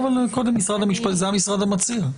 קודם משרד המשפטים, זה המשרד המציע.